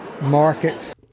markets